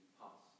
pass